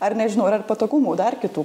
ar nežinau ar ar patogumų dar kitų